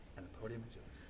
and the podium is yours.